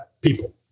people